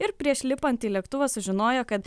ir prieš lipant į lėktuvą sužinojo kad